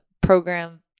program